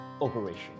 operation